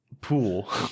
pool